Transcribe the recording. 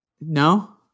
No